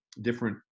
different